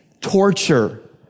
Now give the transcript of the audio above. torture